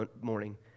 morning